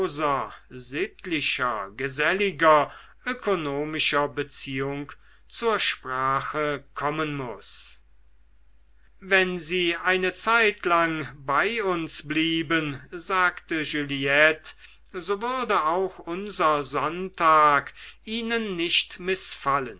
sittlicher geselliger ökonomischer beziehung zur sprache kommen muß wenn sie eine zeitlang bei uns blieben sagte juliette so würde auch unser sonntag ihnen nicht mißfallen